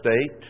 state